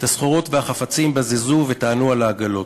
את הסחורות והחפצים בזזו וטענו על העגלות.